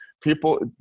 People